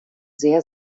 sehr